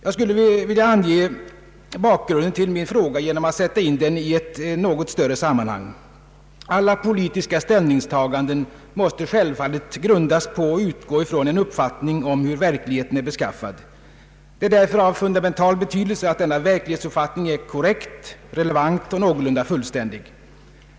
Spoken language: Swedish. Jag skulle, herr talman, vilja ange bakgrunden till min fråga genom att sätta in den i ett något större sammanhang. Alla politiska ställningstaganden måste självfallet grundas på och utgå ifrån en uppfattning om hur verkligheten är beskaffad. Det är därför av fundamental betydelse att denna verklighetsuppfattning är korrekt, relevant och någorlunda fullständig.